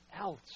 else